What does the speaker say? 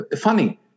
Funny